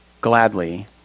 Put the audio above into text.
gladly